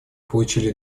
получили